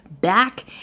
back